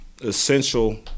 essential